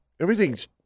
everything's